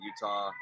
Utah